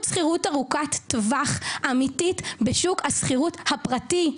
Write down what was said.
שכירות ארוכת טווח אמיתית בשוק השכירות הפרטי?